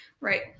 Right